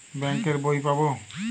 Bank এর বই পাবো?